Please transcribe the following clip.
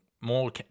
more